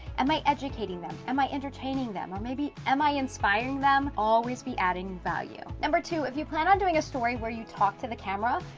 am i educating them? am i entertaining them? or maybe, am i inspiring them? always be adding value. number two, if you plan on doing a story where you talk to the camera,